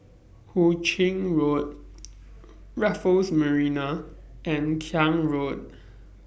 Hu Ching Road Raffles Marina and Klang Road